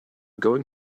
going